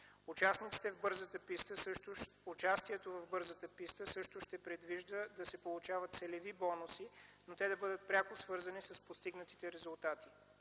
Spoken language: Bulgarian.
Участието в бързата писта също ще предвижда да се получават целеви бонуси, но те да бъдат пряко свързани с постигнатите резултати.